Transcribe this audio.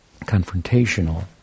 confrontational